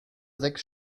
sechs